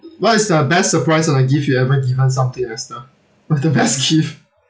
what is the best surprise or a gift you ever given somebody lester the best gift